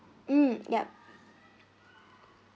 mm yup